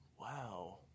Wow